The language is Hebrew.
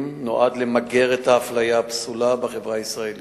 נועד למגר את האפליה הפסולה בחברה הישראלית,